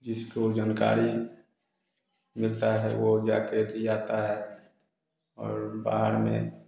जिसको जानकारी मिलता है वो जा के दे आता है और बाद में